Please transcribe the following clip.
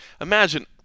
imagine